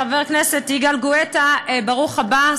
חבר הכנסת יגאל גואטה ברוך הבא,